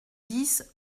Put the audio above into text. dix